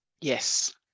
Yes